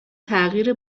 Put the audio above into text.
تغییر